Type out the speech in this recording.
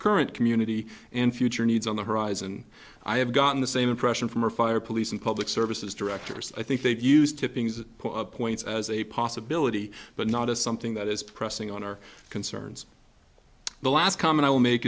current community and future needs on the horizon i have gotten the same impression from our fire police and public services directors i think they've used tipping points as a possibility but not as something that is pressing on our concerns the last common i will make